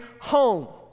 home